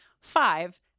five